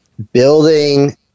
building